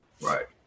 Right